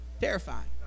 terrifying